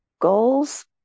goals